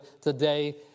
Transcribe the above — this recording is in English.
today